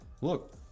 Look